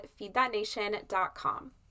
FeedThatNation.com